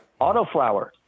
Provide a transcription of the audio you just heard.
Autoflower